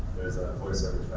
there's a voiceover